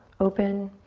open.